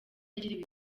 yagiriwe